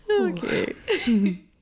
okay